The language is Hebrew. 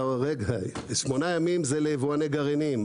שמונה ימים זה ליבואני גרעינים,